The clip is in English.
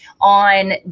on